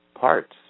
parts